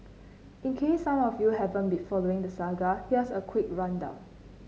in case some of you haven't been following the saga here's a quick rundown